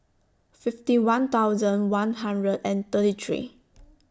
fifty one thousand one hundred and thirty three